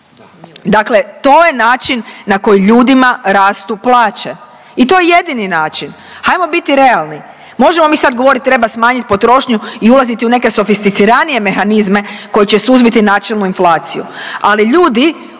Dakle, to je način na koji ljudima rastu plaće i to je jedini način. Hajmo biti realni. Možemo mi sad govoriti treba smanjit potrošnju i ulaziti u neke sofisticiranije mehanizme koji će suzbiti načelno inflaciju, ali ljudi